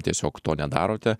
tiesiog to nedarote